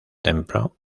templo